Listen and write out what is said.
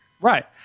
Right